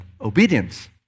obedience